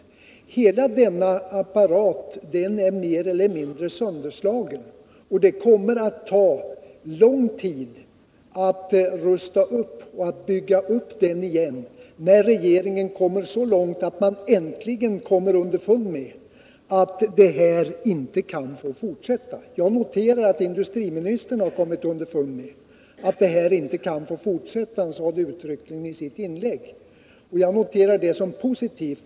Hela denna apparat är mer eller mindre sönderslagen, och det kommer att ta lång tid att bygga upp den på nytt, när regeringen har nått så långt att den äntligen har kommit underfund med att det här inte kan få fortsätta. Jag noterade att industriministern har insett att det inte kan få fortgå på det här viset. I sitt inlägg sade han uttryckligen detta, vilket jag noterar som någonting positivt.